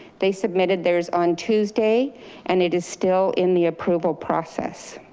they submitted theirs on tuesday and it is still in the approval process.